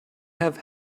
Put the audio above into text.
have